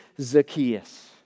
Zacchaeus